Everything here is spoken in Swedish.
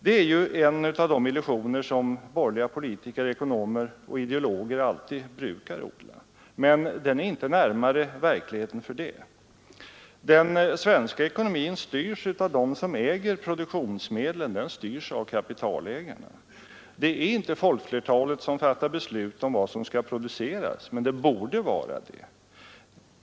Det är en av de illusioner som borgerliga politiker och ekonomer och ideologer brukar odla, men den är inte närmare verkligheten för det. Den svenska ekonomin styrs av dem som äger produktionsmedlen — den styrs av kapitalägarna. Det är inte folkflertalet som fattar beslut om vad som skall produceras, men det borde vara det.